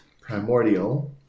primordial